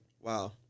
Wow